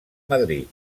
madrid